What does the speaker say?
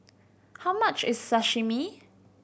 how much is Sashimi